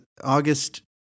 August